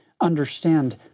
understand